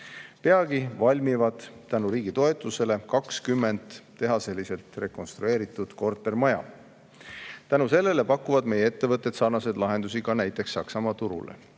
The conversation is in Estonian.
Peagi valmivad tänu riigi toetusele 20 tehaseliselt rekonstrueeritud kortermaja. Tänu sellele pakuvad meie ettevõtted sarnaseid lahendusi ka näiteks Saksamaa turule.